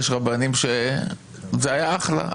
יש רבנים שזה היה אחלה,